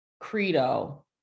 credo